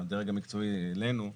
הדרג המקצועי אלינו,